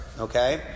okay